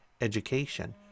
education